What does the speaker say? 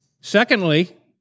Secondly